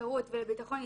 לחירות ולביטחון אישי.